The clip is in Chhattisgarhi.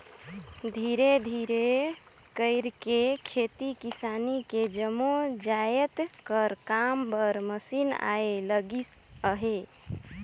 धीरे धीरे कइरके खेती किसानी के जम्मो जाएत कर काम बर मसीन आए लगिस अहे